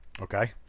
Okay